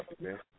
man